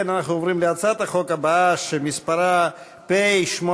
אנחנו עוברים להצעת החוק הבאה, שמספרה פ/1801,